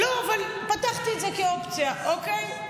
לא, אבל פתחתי את זה כאופציה, אוקיי?